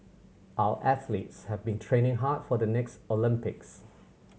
our athletes have been training hard for the next Olympics